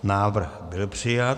Návrh byl přijat.